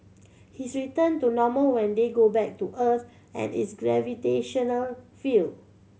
his return to normal when they go back to Earth and its gravitational field